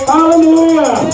Hallelujah